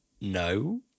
No